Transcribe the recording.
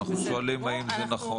אנחנו שואלים האם זה נכון.